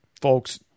folks